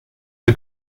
the